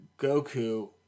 Goku